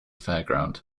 fairground